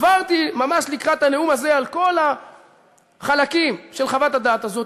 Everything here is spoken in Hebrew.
עברתי ממש לקראת הנאום הזה על כל החלקים של חוות הדעת הזאת.